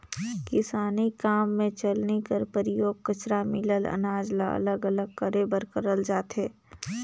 किसानी काम मे चलनी कर परियोग कचरा मिलल अनाज ल अलग अलग करे बर करल जाथे